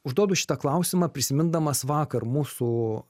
užduodu šitą klausimą prisimindamas vakar mūsų